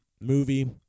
movie